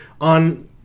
on